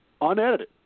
unedited